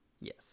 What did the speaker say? Yes